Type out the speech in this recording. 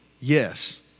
Yes